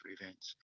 events